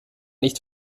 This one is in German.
nicht